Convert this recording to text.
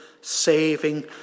saving